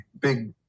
big